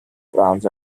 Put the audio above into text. brahms